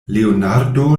leonardo